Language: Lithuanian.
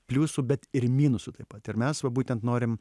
pliusų bet ir minusų taip pat ir mes va būtent norim